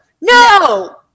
no